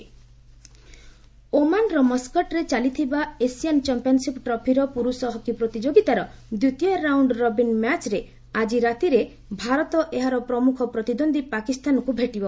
hockey ଓମାନର ମସ୍କଟ୍ରେ ଚାଲିଥିବା ଏସିଆନ ଚମ୍ପିୟନ୍ସ ଟ୍ରଫିର ପୁରୁଷ ହକି ପ୍ରତିଯୋଗିତାର ଦ୍ୱିତୀୟ ରାଉଣ୍ଡ୍ ରବିନ୍ ମ୍ୟାଚ୍ରେ ଆକି ରାତିରେ ଭାରତ ଏହାର ପ୍ରମୁଖ ପ୍ରତିଦ୍ୱନ୍ଦୀ ପାକିସ୍ତାନକୁ ଭେଟିବ